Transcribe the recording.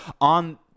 on